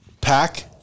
pack